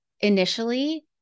initially